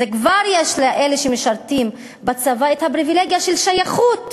לאלה שמשרתים בצבא כבר יש הפריבילגיה של שייכות,